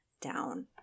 down